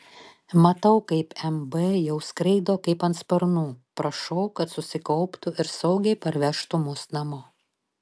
matau kaip mb jau skraido kaip ant sparnų prašau kad susikauptų ir saugiai parvežtų mus namo